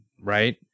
right